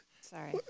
Sorry